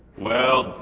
well,